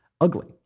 ugly